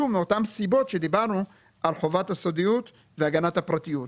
שוב מאותן סיבות שדיברנו על חובת הסודיות והגנת הפרטיות,